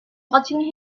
watching